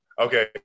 Okay